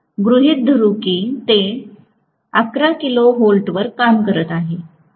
तर आपण गृहित धरू की ते 11 किलो व्होल्टवर काम करत आहेत